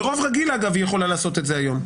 ברוב רגיל אגב היא יכולה לעשות את זה היום.